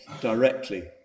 directly